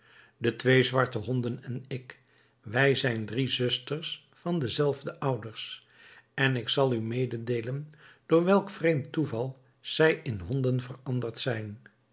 de twee zwarte honden en ik wij zijn drie zusters van de zelfde ouders en ik zal u mededeelen door welk vreemd toeval zij in honden veranderd zijn